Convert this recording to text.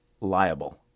liable